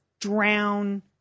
drown